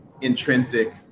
intrinsic